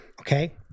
okay